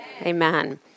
Amen